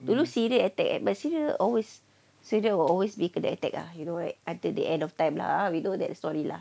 you know syria attack but syria always so they will always be the attack are you know right until the end of time lah we know that the story lah